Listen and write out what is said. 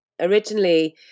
Originally